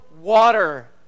water